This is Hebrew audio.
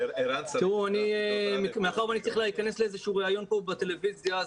תראו מאחר ואני צריך להיכנס לאיזשהו ראיון פה בטלוויזיה,